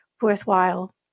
worthwhile